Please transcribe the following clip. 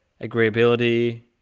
agreeability